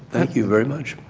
thank you, very much.